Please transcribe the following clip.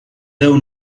déu